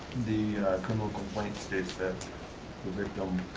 the criminal complaint states that the victim